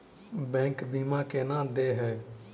Bank बीमा केना देय है?